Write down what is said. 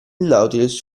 nautilus